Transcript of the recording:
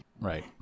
right